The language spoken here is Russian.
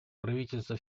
правительства